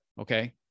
okay